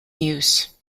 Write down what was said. use